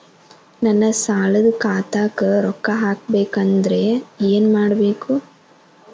ನನ್ನ ಸಾಲದ ಖಾತಾಕ್ ರೊಕ್ಕ ಹಾಕ್ಬೇಕಂದ್ರೆ ಏನ್ ಮಾಡಬೇಕು?